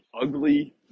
ugly